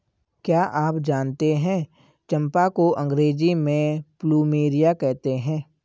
क्या आप जानते है चम्पा को अंग्रेजी में प्लूमेरिया कहते हैं?